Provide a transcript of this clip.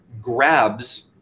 grabs